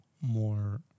more